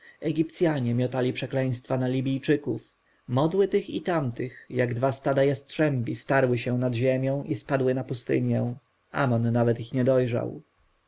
egipcjanie miotali przekleństwa na libijczyków modły tych i tamtych jak dwa stada jastrzębi starły się nad ziemią i spadły na pustynię amon nawet ich nie dojrzał